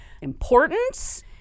importance